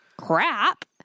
crap